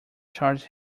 charged